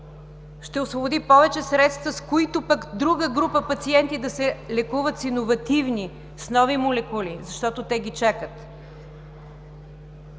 ще освободи повече средства, с които пък друга група пациенти да се лекуват с иновативни, с нови молекули, защото те ги чакат.